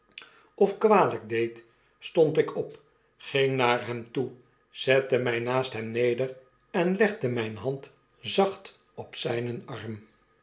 of kwalijk deed stond ik op ging naar hem toe zette my naast hem neder enlegdemynehand zacht op zynen arm